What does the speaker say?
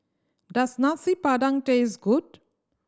does Nasi Padang taste good